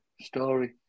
story